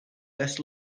best